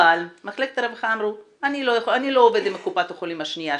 אבל מחלקת הרווחה אמרו שהם לא עובדים עם קופת החולים השנייה,